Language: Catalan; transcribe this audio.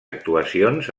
actuacions